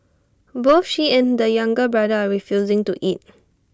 both she and the younger brother are refusing to eat